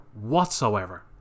whatsoever